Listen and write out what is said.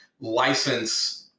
license